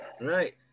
Right